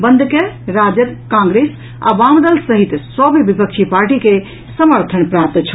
बंद के राजद कांग्रेस आ वामदल सहित सभ विपक्षी पार्टी के समर्थन प्राप्त छल